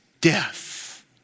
death